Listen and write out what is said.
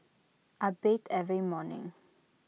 I bathe every morning